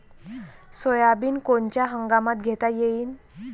Soybean कोनच्या हंगामात घेता येईन?